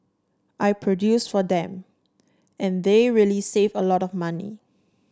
I produce for them and they really save a lot of money